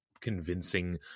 convincing